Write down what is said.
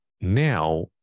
now